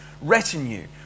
retinue